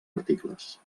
articles